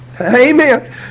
Amen